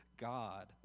God